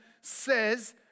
says